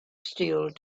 still